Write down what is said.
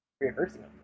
rehearsing